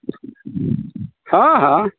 हँ हँ